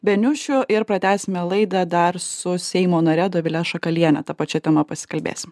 beniušiu ir pratęsime laidą dar su seimo nare dovile šakaliene ta pačia tema pasikalbėsim